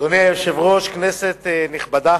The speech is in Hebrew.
אדוני היושב-ראש, כנסת נכבדה,